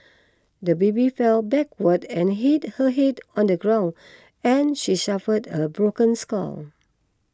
the baby fell backwards and hit her head on the ground and she suffered a broken skull